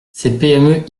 ces